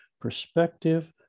perspective